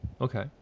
Okay